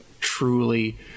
truly